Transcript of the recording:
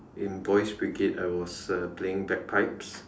in boys brigade I was uh playing bagpipes